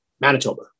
Manitoba